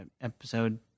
episode